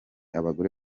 abagore